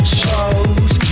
shows